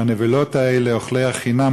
שהנבלות האלה אוכלי החינם,